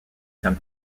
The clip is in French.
saint